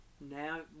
Now